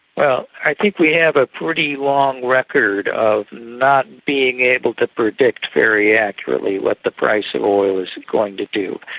well, i think we have a pretty long record of not being able to predict very accurately what the price of oil is going to do.